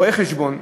רואה-חשבון,